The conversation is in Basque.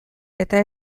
eta